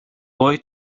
boy